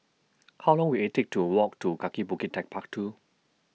How Long Will IT Take to Walk to Kaki Bukit Techpark two